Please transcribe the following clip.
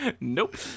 Nope